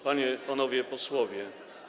Panie i Panowie Posłowie!